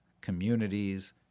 communities